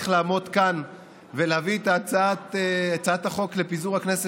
לעמוד כאן ולהביא את הצעת החוק לפיזור הכנסת,